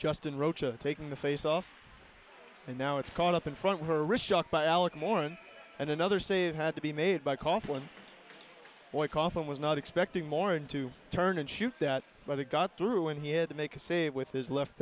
justin roach of taking the face off and now it's caught up in front of her wrist shot by alex morgan and another say it had to be made by cough one boy coffin was not expecting more into turn and shoot that but it got through and he had to make a save with his left